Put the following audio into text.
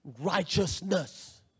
righteousness